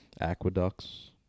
Aqueducts